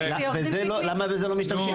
למה בזה לא משתמשים.